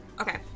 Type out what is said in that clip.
Okay